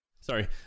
sorry